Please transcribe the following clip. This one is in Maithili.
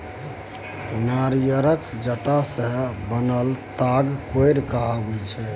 नारियरक जट्टा सँ बनल ताग कोइर कहाबै छै